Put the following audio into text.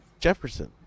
Jefferson